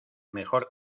mejor